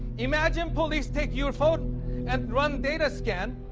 imagine police take your phone and run data scan,